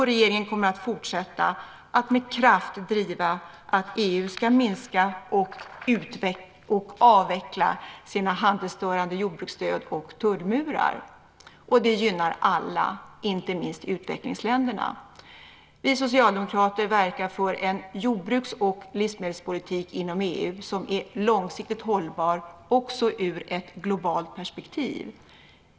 Regeringen kommer att fortsätta att med kraft driva att EU ska minska och avveckla sina handelsstörande jordbruksstöd och tullmurar. Det gynnar alla, inte minst utvecklingsländerna. Vi socialdemokrater verkar för en jordbruks och livsmedelspolitik inom EU som är långsiktigt hållbar också ur ett globalt perspektiv.